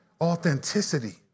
authenticity